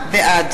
בעד